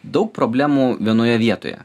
daug problemų vienoje vietoje